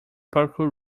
parkour